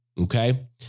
okay